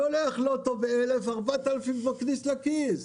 שולח לוטו ב-1,000 ו-4,000 הוא מכניס לכיס.